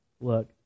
look